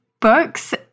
Books